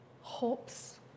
Hopes